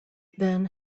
then